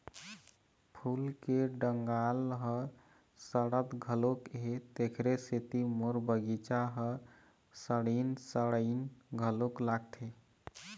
फूल के डंगाल ह सड़त घलोक हे, तेखरे सेती मोर बगिचा ह सड़इन सड़इन घलोक लागथे